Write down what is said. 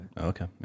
Okay